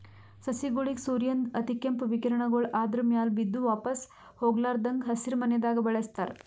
ಸಸಿಗೋಳಿಗ್ ಸೂರ್ಯನ್ದ್ ಅತಿಕೇಂಪ್ ವಿಕಿರಣಗೊಳ್ ಆದ್ರ ಮ್ಯಾಲ್ ಬಿದ್ದು ವಾಪಾಸ್ ಹೊಗ್ಲಾರದಂಗ್ ಹಸಿರಿಮನೆದಾಗ ಬೆಳಸ್ತಾರ್